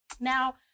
Now